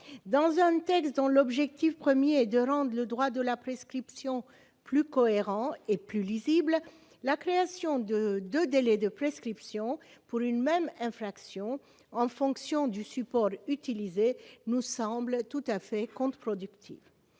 Dans un texte qui vise d'abord à rendre le droit de la prescription plus cohérent et plus lisible, la création de deux délais de prescription pour une même infraction en fonction du support utilisé nous semble tout à fait contre-productive.